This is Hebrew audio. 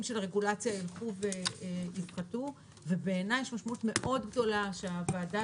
של רגולציה יילכו ויפחתו ובעיניי יש משמעות מאוד גדולה שהוועדה